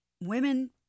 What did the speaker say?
women